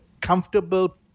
comfortable